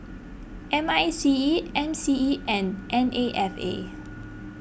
M I C E M C E and N A F A